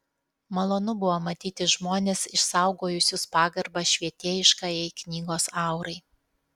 malonu buvo matyti žmones išsaugojusius pagarbą švietėjiškajai knygos aurai